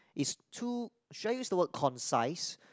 is too shall I use the word concise